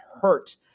hurt